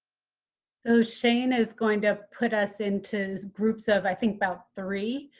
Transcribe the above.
so shane is going to put us into groups of, i think about three